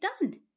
done